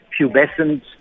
pubescent